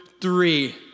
three